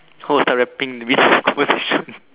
who will start rapping in the middle of the conversation